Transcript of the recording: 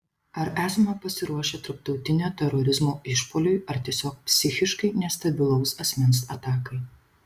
ar esame pasiruošę tarptautinio terorizmo išpuoliui ar tiesiog psichiškai nestabilaus asmens atakai